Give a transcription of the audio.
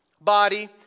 body